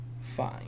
fine